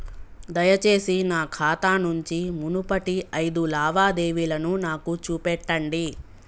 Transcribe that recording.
దయచేసి నా ఖాతా నుంచి మునుపటి ఐదు లావాదేవీలను నాకు చూపెట్టండి